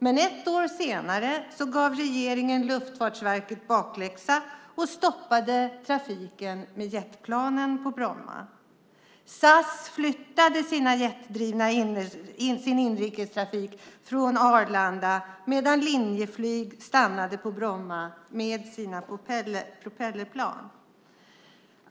Men ett år senare gav regeringen Luftfartsverket bakläxa och stoppade trafiken med jetplanen på Bromma. SAS flyttade sin inrikestrafik med jetdrivna plan från Arlanda, medan Linjeflyg stannade på Bromma med sina propellerplan.